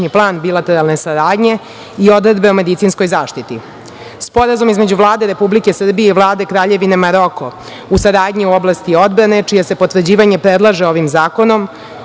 plan bilateralne saradnje i odredbe o medicinskoj zaštiti. Sporazumom između Vlade Republike Srbije i Vlade Kraljevine Maroko o saradnji u oblasti odbrane, čije se potvrđivanje predlaže ovim zakonom,